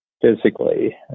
physically